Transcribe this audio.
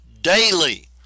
daily